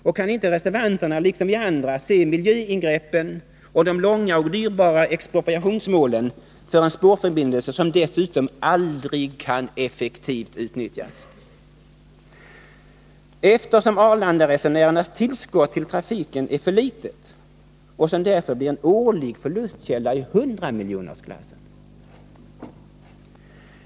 Och kan inte reservanterna liksom vi andra se miljöingreppen och de långa expropriationsmålen för en spårförbindelse som aldrig kan effektivt utnyttjas, eftersom Arlandaresenärernas tillskott till trafiken är för litet, och som därför blir en årlig förlustkälla i hundramiljonersklassen?